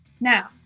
Now